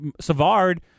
Savard